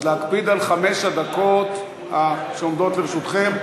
אז להקפיד על חמש הדקות שעומדות לרשותכם.